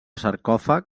sarcòfag